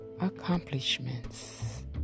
accomplishments